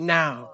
now